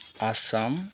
Assam